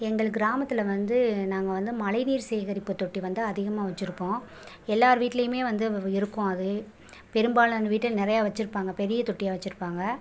எங்கள் கிராமத்தில் வந்து நாங்கள் வந்து மழைநீர் சேகரிப்பு தொட்டி வந்து அதிகமாக வச்சுருப்போம் எல்லோர் வீட்டிலையுமே வந்து இருக்கும் அது பெரும்பாலான வீட்டில் நிறைய வச்சுருப்பாங்க பெரிய தொட்டியாக வச்சுருப்பாங்க